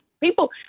People